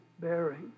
bearing